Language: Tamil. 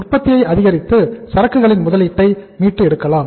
உற்பத்தியை அதிகரித்து சரக்குகளின் முதலீட்டை மீட்டு எடுக்கலாம்